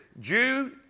Jew